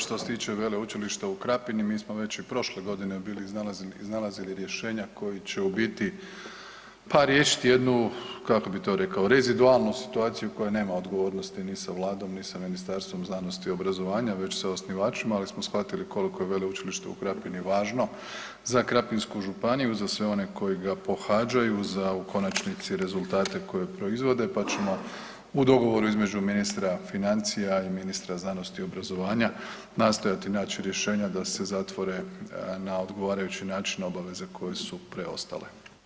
Što se tiče Veleučilišta u Krapini, mi smo već i prošle godine bili iznalazili rješenja koji će u biti pa riješit jednu, kako bi to rekao, rezidualnu situaciju koja nema odgovornosti ni sa vladom, ni sa Ministarstvom znanosti i obrazovanja već sa osnivačima, ali smo shvatili koliko je Veleučilište u Krapini važno za Krapinsku županiju i za sve one koji ga pohađaju, za u konačnici rezultate koje proizvode, pa ćemo u dogovoru između ministra financija i ministra znanosti i obrazovanja nastojati naći rješenja da se zatvore na odgovarajući način obaveze koje su preostale.